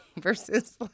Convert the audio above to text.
Versus